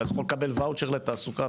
אתה יכול לקבל ואוצ'ר לתעסוקה,